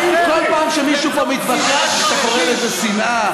האם כל פעם שמישהו פה מתווכח אתה קורא לזה שנאה?